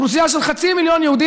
אוכלוסייה של חצי מיליון יהודים,